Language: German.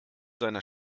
seiner